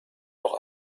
noch